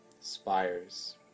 spires